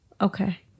Okay